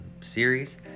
series